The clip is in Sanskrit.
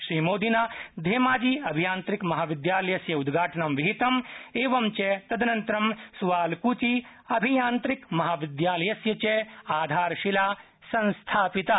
श्रीमोदिना द्येमाजिअभियान्त्रिकमहाविद्यालयस्य उद्घाटनं विहितं एवञ्च सुआलकुची अभियान्त्रिकमहाविद्यालयस्य च आधारशिला संस्थापिता